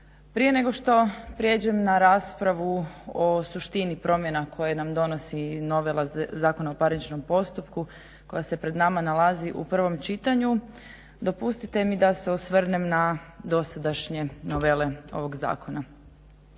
Prije nego što prijeđem na raspravu o suštini promjena koje nam donosi novi Zakon o parničnom postupku koji se pred nama nalazi u prvom čitanju dopustite mi da se osvrnem na dosadašnje novele ovog zakona.